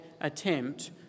attempt